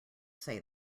say